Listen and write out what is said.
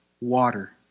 water